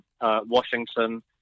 Washington